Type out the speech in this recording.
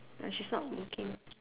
but she's not looking